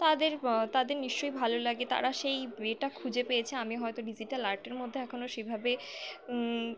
তাদের তাদের নিশ্চয়ই ভালো লাগে তারা সেই এয়েটা খুঁজে পেয়েছে আমি হয়তো ডিজিটাল আর্টের মধ্যে এখনও সেইভাবে